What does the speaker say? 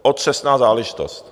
Otřesná záležitost.